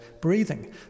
breathing